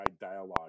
dialogue